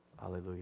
hallelujah